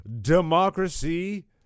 democracy